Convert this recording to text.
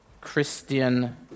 Christian